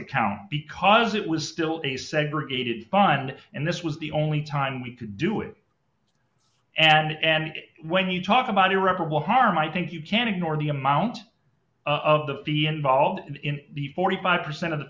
account because it was still a segregated fund and this was the only time we could do it and when you talk about irreparable harm i think you can ignore the amount of that the involved in the forty five percent of the